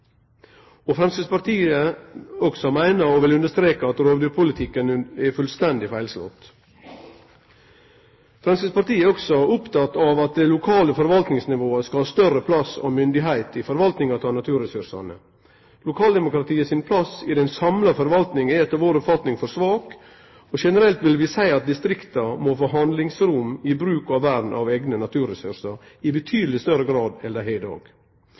Framstegspartiet meiner også, og vil understreke, at rovdyrpolitikken er fullstendig feilslått. Framstegspartiet er òg oppteke av at det lokale forvaltingsnivået skal ha større plass og myndigheit i forvaltinga av naturressursane. Lokaldemokratiet sin plass i den samla forvaltinga er etter vår oppfatning for svak, og generelt vil vi seie at distrikta må få handlingsrom for bruk og vern av eigne naturressursar i betydeleg større grad enn dei har i dag.